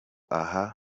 nta